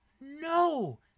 No